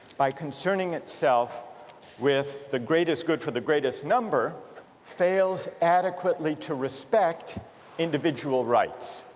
by concerning itself with the greatest good for the greatest number fails adequately to respect individual rights.